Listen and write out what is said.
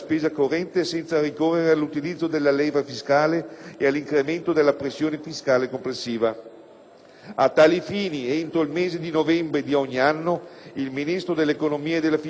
A tali fini entro il mese di novembre di ogni anno il Ministro dell'economia e delle finanze, di concerto con il Ministro del lavoro, salute e politiche sociali, trasmette al Parlamento